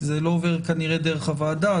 זה לא עובר כנראה דרך הוועדה,